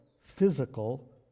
physical